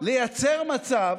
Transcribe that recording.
לייצר מצב